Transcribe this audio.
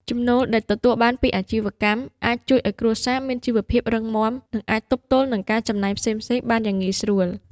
ចំណូលដែលទទួលបានពីអាជីវកម្មអាចជួយឱ្យគ្រួសារមានជីវភាពរឹងមាំ និងអាចទប់ទល់នឹងការចំណាយផ្សេងៗបានយ៉ាងងាយស្រួល។